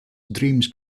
dreams